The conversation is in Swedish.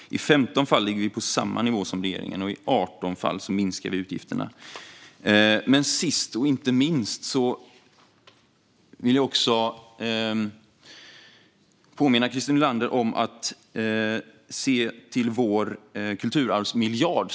I 15 fall ligger vi på samma nivå som regeringen, och i 18 fall minskar vi utgifterna. Sist men inte minst vill jag för att bredda perspektivet påminna Christer Nylander om vår kulturarvsmiljard.